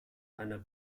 einer